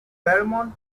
vermont